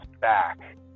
back